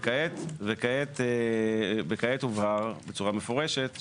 וכעת הובהר בצורה מפורשת,